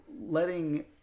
letting